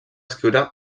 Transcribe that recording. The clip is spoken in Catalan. escriure